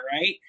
right